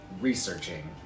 researching